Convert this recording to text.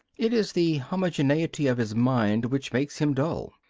it is the homogeneity of his mind which makes him dull,